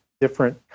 different